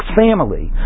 family